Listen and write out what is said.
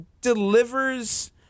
delivers